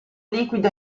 liquido